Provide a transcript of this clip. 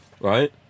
right